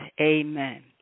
amen